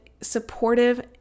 supportive